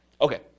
Okay